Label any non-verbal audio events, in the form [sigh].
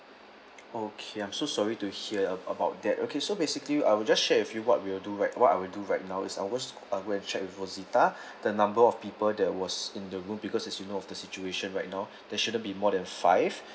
okay I'm so sorry to hear about that okay so basically I will just share with you what we will do right what I will do right now is I was go and check with rosetta the number of people that was in the room because it's you know of the situation right now [breath] there shouldn't be more than five